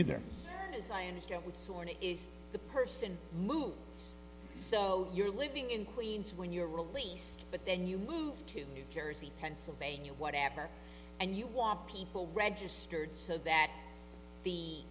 of is the person moves so you're living in queens when you're released but then you move to new jersey pennsylvania or whatever and you want people registered so that the